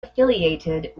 affiliated